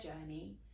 journey